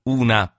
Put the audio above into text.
una